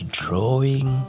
drawing